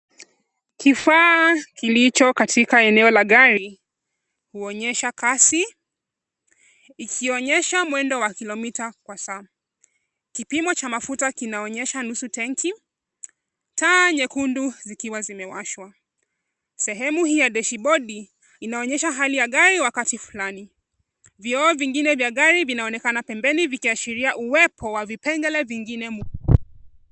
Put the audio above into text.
Kifaa kilicho katika eneo la gari huonyesha kasi ikionyesha mwendo wa kilomita kwa saa. Kipimo cha mafuta kinaonyesha nusu tenki, taa nyekundu zikiwa zimewashwa. Sehemu hii ya deshibodi inaonyesha hali ya gari wakati fulani. Vioo vingine vya gari vinaonekana pembeni vikiashiria uwepo wa vipengele vingine muhimu.